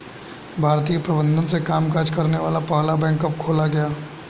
भारतीय प्रबंधन से कामकाज करने वाला पहला बैंक कब खोला गया?